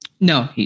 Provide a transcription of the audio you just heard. No